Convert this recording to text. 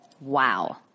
Wow